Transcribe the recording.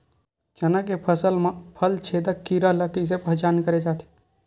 चना के फसल म फल छेदक कीरा ल कइसे पहचान करे जाथे?